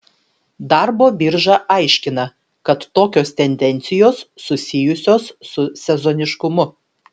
darbo birža aiškina kad tokios tendencijos susijusios su sezoniškumu